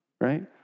Right